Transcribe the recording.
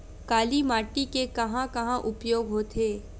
काली माटी के कहां कहा उपयोग होथे?